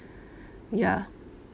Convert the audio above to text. ya